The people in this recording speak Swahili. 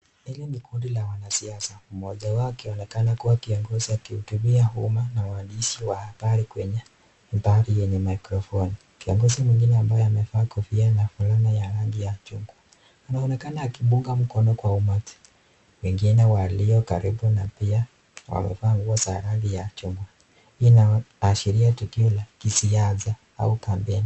Hili ni kundi la wanasiasa. Mmoja wao akionekana kuwa kiongozi akihutubia umma na waandishi wa habari kwenye badhi yenye mikrofoni. Kiongozi mwingine ambaye amevaa kofia nyeupe na fulana ya rangi ya chungwa, anaonekana akipunga mkono kwa umati. Wengine walio karibu na pia wamevaa nguo za rangi ya chungwa. Hii inaashiria tukio la kisiasa au kampeni.